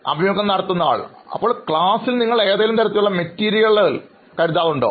അഭിമുഖം നടത്തുന്നയാൾ അപ്പോൾ ക്ലാസ് മുറിയിൽ നിങ്ങൾ എന്തെങ്കിലും തരത്തിലുള്ള മെറ്റീരിയലുകൾ കരുതാറുണ്ടോ